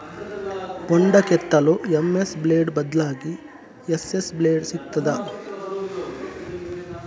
ಬೊಂಡ ಕೆತ್ತಲು MS blade ಬದ್ಲಾಗಿ ಎಸ್.ಎಸ್ ಬ್ಲೇಡ್ ಸಿಕ್ತಾದ?